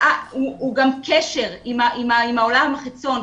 הוא גם קשר עם העולם החיצון,